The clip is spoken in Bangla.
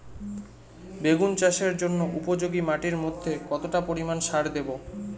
বেগুন চাষের জন্য উপযোগী মাটির মধ্যে কতটা পরিমান সার দেব?